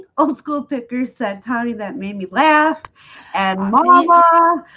old school picker said tommy that made me laugh and mom. um um